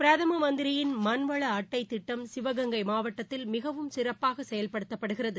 பிரதமமந்திரியின் மண்வளஅட்டைதிட்டம் சிவகங்கை மாவட்டத்தில் மிகவும் சிறப்பாகசெயல்படுத்தப்படுகிறது